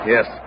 Yes